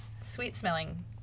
sweet-smelling